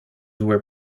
were